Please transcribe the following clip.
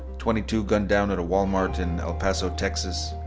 twenty two gunned down at a walmart in el paso, texas.